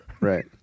Right